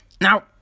Now